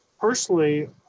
Personally